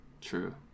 True